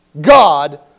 God